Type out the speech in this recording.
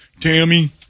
Tammy